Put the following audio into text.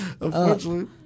unfortunately